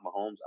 Mahomes